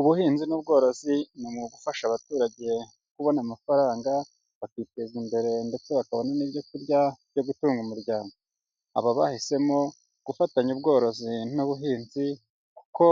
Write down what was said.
Ubuhinzi n'ubworozi ni umwuga ugufasha abaturage kubona amafaranga bakiteza imbere ndetse bakabona n'ibyo kurya byo gutunga umuryango, aba bahisemo gufatanya ubworozi n'ubuhinzi kuko